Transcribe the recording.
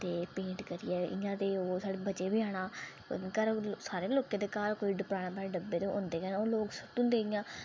ते पेंट करियै इने ते ओह् बची बी जाना सारें लोकें दे घर डब्बे ते होंदे गै न